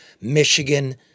Michigan